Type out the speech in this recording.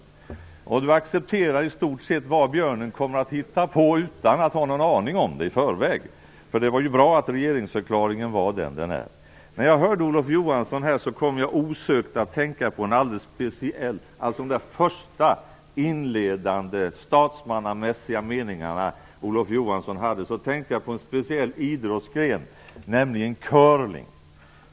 Olof Johansson accepterar i stort sett allt vad björnen kommer att hitta på utan att ha någon aning om det i förväg. Det är ju bra att regeringsförklaringen är som den är. När jag hörde Olof Johanssons första inledande statsmannamässiga meningar kom jag osökt att tänka på en alldeles speciell idrottsgren, nämligen curling.